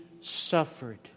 suffered